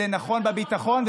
זה נכון בביטחון,